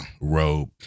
rope